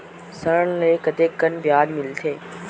ऋण ले म कतेकन ब्याज लगथे?